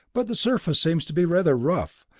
but the surface seems to be rather rough.